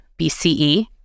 BCE